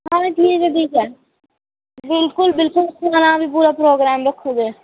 बिल्कुल खाने दा बी पूरा प्रोग्राम रक्खी ओड़ो